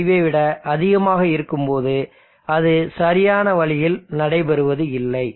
5 ஐ விட அதிகமாக இருக்கும்போது அது சரியான வழியில் நடைபெறுவதில்லை